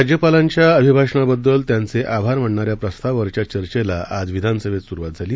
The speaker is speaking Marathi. राज्यपालांच्या अभिभाषणाबद्दल त्यांचे आभार मानणाऱ्या प्रस्तावावरच्या चर्चेला आज विधानसभेत सुरुवात झाली